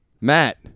matt